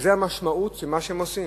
שזו המשמעות של מה שהם עושים.